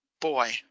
boy